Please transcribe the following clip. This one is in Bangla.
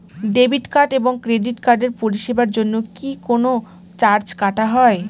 ডেবিট কার্ড এবং ক্রেডিট কার্ডের পরিষেবার জন্য কি কোন চার্জ কাটা হয়?